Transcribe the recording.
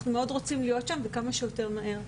אנחנו מאוד רוצים להיות שם, וכמה שיותר מהר.